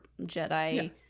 Jedi